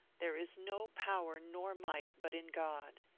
there is no power nor might but in god,